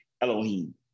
Elohim